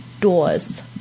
doors